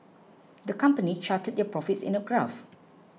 the company charted their profits in a graph